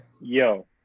Yo